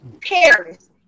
Paris